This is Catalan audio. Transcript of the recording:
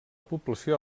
població